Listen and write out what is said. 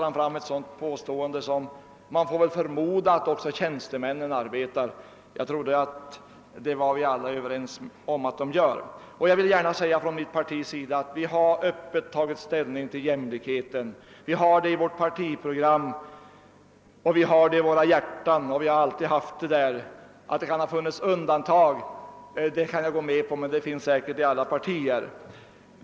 Herr Nilsson sade vidare att man väl får förmoda att även tjänstemännen arbetar. Jag trodde att vi alla var överens om att de gör det. Inom mitt parti har vi öppet tagit ställning för jämlikheten. Det framgår av vårt partiprogram. Vi har också jämlikhetstanken i våra hjärtan, och det har vi alltid haft. Att det kan ha funnits undantag kan jag gå med på, men det gäller säkerligen alla partier.